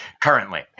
currently